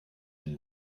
den